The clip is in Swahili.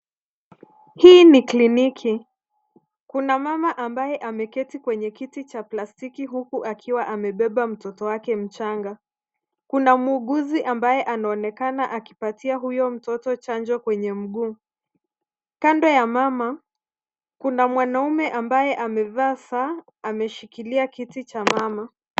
Hii ni kliniki. Kuna mama ambaye ameketi kwenye kiti cha plastiki huku akiwa amebeba mtoto wake mchanga. Kuna muuguzi ambaye anaonekana akipatia huyo mtoto chanjo kwenye mguu. Kando ya mama, kuna mwanaume ambaye amevaa saa, ameshikilia kiti cha mama.